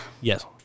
Yes